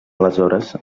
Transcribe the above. aleshores